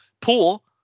pool